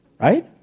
Right